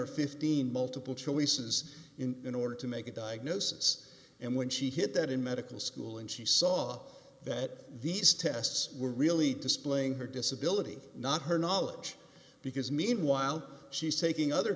or fifteen multiple choices in order to make a diagnosis and when she hit that in medical school and she saw that these tests were really displaying her disability not her knowledge because meanwhile she's taking other